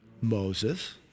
Moses